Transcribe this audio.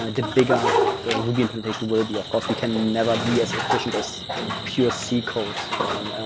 ah the bigger the ruby implementation will be. of course, we can never be as efficient as pure c code. so um